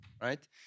right